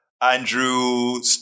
Andrew